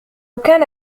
كان